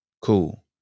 cool